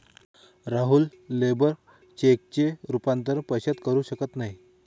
Rahul labour चेकचे रूपांतर पैशात करू शकत नाही